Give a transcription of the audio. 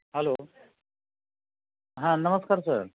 hello हा नमस्कार sir